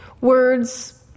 words